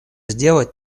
сделать